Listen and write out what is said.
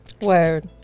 Word